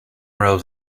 rows